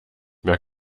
mehr